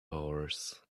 horse